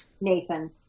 Nathan